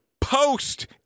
post